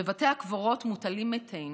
בבתי הקברות מוטלים מתינו,